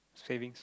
saving